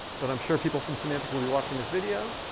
but i'm sure people from symantec will be watching this video.